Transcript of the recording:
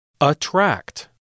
Attract